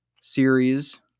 series